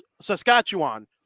Saskatchewan